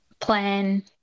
plan